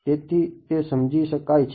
તેથી તે સમજી શકાય છે